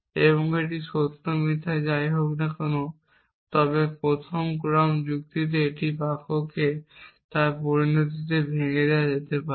এবং এটি সত্য বা মিথ্যা যাই হোক না কেন তবে প্রথম ক্রম যুক্তিতে একটি বাক্যকে তার পরিণতিতে ভেঙে দেওয়া যেতে পারে